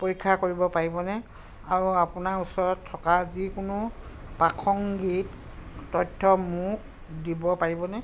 পৰীক্ষা কৰিব পাৰিবনে আৰু আপোনাৰ ওচৰত থকা যিকোনো প্ৰাসংগিক তথ্য মোক দিব পাৰিবনে